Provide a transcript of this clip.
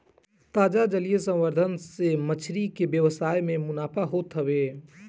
ताजा जलीय संवर्धन से मछरी के व्यवसाय में मुनाफा होत हवे